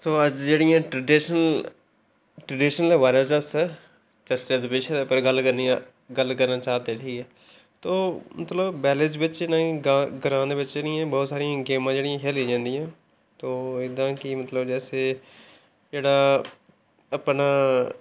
सभाश जी जेह्ड़ियां में ट्रडिशनल दे बारे च अस चर्चा दे बिशे उप्पर गल्ल करनी ऐ गल्ल करना चाहते ठीक ऐ तो मतलब विलेज बिच्च नेईं गां ग्रांऽ दे बिच्च बौह्त सारियां गेमां जेह्ड़ियां खेलियां जंदियां तो इद्दां कि मतलब जेह्ड़ा अपना